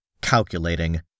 calculating